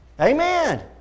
Amen